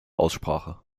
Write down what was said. aussprache